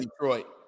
Detroit